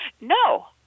No